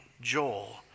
Joel